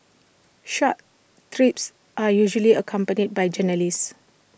such trips are usually accompanied by journalists